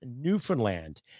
Newfoundland